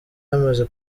yamaze